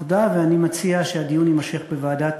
תודה, ואני מציע שהדיון יימשך בוועדת